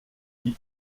die